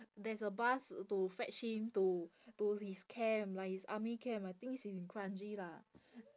there's a bus to fetch him to to his camp like his army camp I think it's in kranji lah